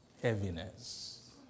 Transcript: Heaviness